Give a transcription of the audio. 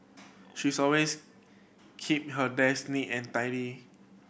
she's always keep her desk neat and tidy